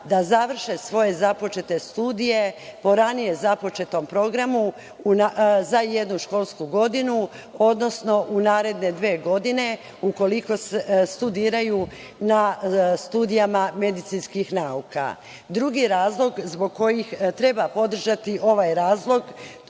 da završe svoje započete studije po ranije započetom programu za jednu školsku godinu, odnosno u naredne dve godine ukoliko studiraju na studijama medicinskih nauka. Drugi razlog zbog kojeg treba podržati ovaj zakon